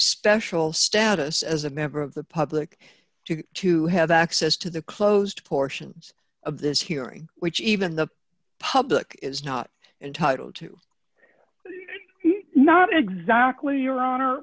special status as a member of the public to to have access to the closed portions of this hearing which even the public is not entitled to not exactly